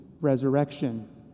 resurrection